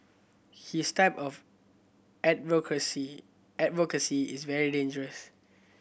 his type of advocacy advocacy is very dangerous